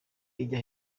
ijya